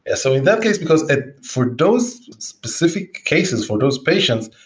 ah so in that case, because ah for those specific cases for those patients,